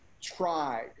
tried